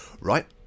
Right